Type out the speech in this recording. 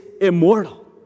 immortal